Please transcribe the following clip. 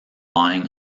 lying